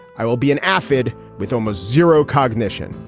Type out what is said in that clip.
i will be an avid with almost zero cognition.